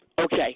Okay